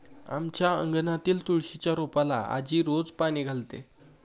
आमच्या अंगणातील तुळशीच्या रोपाला आजी रोज पाणी घालते